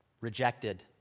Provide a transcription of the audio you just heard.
Rejected